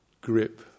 grip